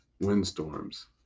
windstorms